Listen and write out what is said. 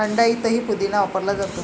थंडाईतही पुदिना वापरला जातो